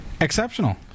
exceptional